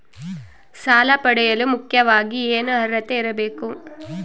ಸಾಲ ಪಡೆಯಲು ಮುಖ್ಯವಾಗಿ ಏನು ಅರ್ಹತೆ ಇರಬೇಕು?